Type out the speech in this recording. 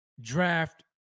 Draft